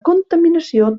contaminació